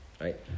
right